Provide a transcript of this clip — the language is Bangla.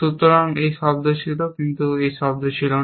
সুতরাং এই শব্দ ছিল কিন্তু এই শব্দ ছিল না